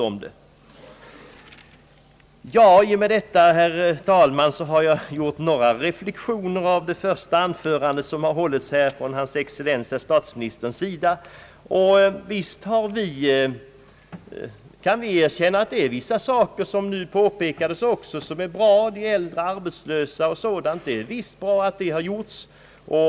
I och med detta har jag gjort några reflexioner om hans excellens statsministerns första anförande här i år. Visst kan vi erkänna att vissa saker som statsministern påpekade är bra, t.ex. åtgärder för att hjälpa äldre arbetslösa.